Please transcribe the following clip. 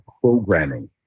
programming